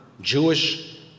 Jewish